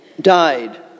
died